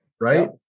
Right